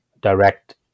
direct